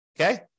okay